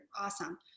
awesome